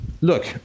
look